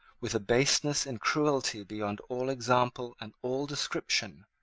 with a baseness and cruelty beyond all example and all description,